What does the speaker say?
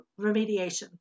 remediation